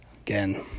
again